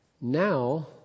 Now